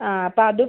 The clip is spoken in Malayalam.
ആ അപ്പം അതും